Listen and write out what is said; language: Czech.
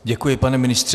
Děkuji, pane ministře.